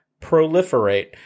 proliferate